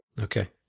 Okay